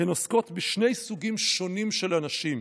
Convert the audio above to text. הן עוסקות בשני סוגים שונים של אנשים: